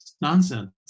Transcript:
nonsense